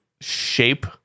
Shape